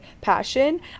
passion